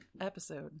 episode